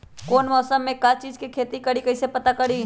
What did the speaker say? कौन मौसम में का चीज़ के खेती करी कईसे पता करी?